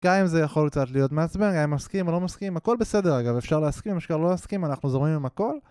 גם אם זה יכול קצת להיות מעצבן, גם אם מסכים או לא מסכים, הכל בסדר אגב, אפשר להסכים, אפשר לא להסכים, אנחנו זורמים עם הכל